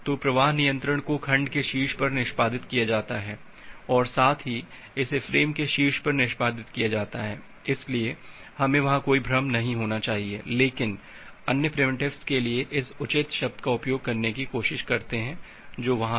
तो प्रवाह नियंत्रण को खंड के शीर्ष पर निष्पादित किया जाता है और साथ ही इसे फ्रेम के शीर्ष पर निष्पादित किया जाता है इसलिए हमें वहां कोई भ्रम नहीं होना चाहिए लेकिन अन्य प्रिमिटिवस के लिए इस उचित शब्द का उपयोग करने की कोशिश करते हैं जो वहां है